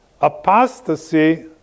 apostasy